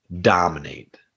dominate